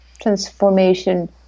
transformation